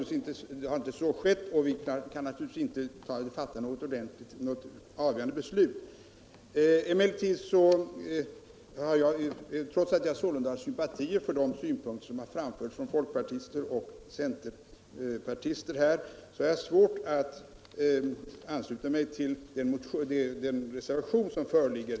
Nu har så inte skett, och vi kan inte fatta något avgörande beslut. Trots att jag har sympatier för de synpunkter som här framförts från folkpartister och centerpartister har jag svårt att ansluta mig till den reservation som föreligger.